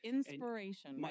Inspiration